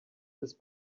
this